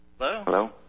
Hello